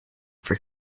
for